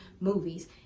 movies